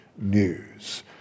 news